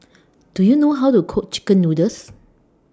Do YOU know How to Cook Chicken Noodles